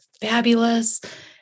fabulous